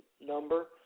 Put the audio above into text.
number